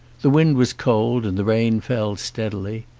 the wind was cold and the rain fell stead ily.